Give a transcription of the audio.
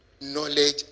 knowledge